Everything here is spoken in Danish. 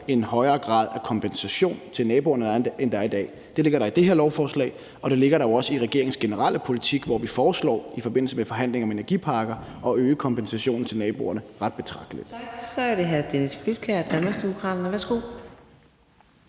en højere grad af kompensation til naboerne, end der er i dag. Det ligger der i det her lovforslag, og det ligger der jo også i regeringens generelle politik, hvor vi i forbindelse med forhandlingen om energipakken foreslår at øge kompensationen til naboerne ret betragteligt. Kl. 19:45 Fjerde næstformand (Karina